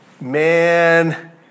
Man